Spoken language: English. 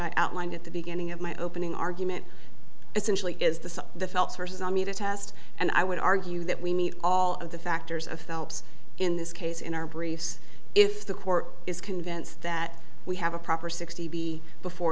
i outlined at the beginning of my opening argument essentially is the the felt source amita test and i would argue that we need all of the factors of phelps in this case in our briefs if the court is convinced that we have a proper sixty b before